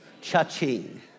cha-ching